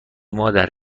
مادر